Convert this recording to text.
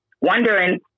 wondering